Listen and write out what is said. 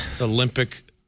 Olympic